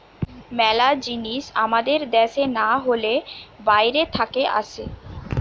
মেলা জিনিস আমাদের দ্যাশে না হলে বাইরে থাকে আসে